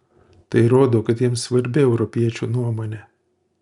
tai rodo kad jiems svarbi europiečių nuomonė